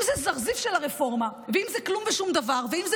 אם זה זרזיף של הרפורמה ואם זה כלום ושום דבר ואם זה